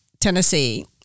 Tennessee